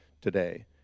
today